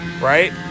Right